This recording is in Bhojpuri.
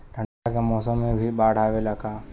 ठंडा के मौसम में भी बाढ़ आवेला का?